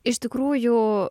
iš tikrųjų